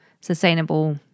sustainable